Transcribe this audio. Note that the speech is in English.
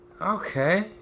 Okay